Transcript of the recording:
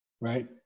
right